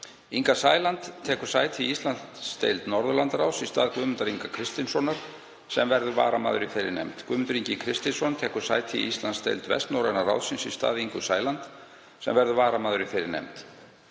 Inga Sæland tekur sæti í Íslandsdeild Norðurlandaráðs í stað Guðmundar Inga Kristinssonar, sem verður varamaður í þeirri nefnd. Guðmundur Ingi Kristinsson tekur sæti í Íslandsdeild Vestnorræna ráðsins í stað Ingu Sæland, sem verður varamaður í þeirri nefnd.